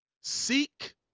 Seek